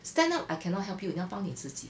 stand up I cannot help you 你要帮你自己